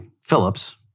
Phillips